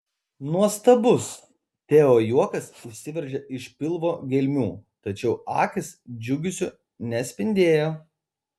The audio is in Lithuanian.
nuostabus teo juokas išsiveržė iš pilvo gelmių tačiau akys džiugesiu nespindėjo